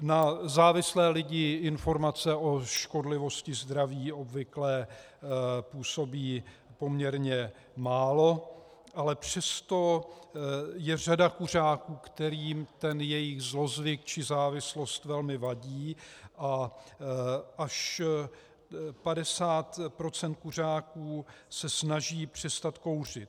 Na závislé lidi informace o škodlivosti zdraví obvykle působí poměrně málo, ale přesto je řada kuřáků, kterým jejich zlozvyk či závislost velmi vadí, a až 50 % kuřáků se snaží přestat kouřit.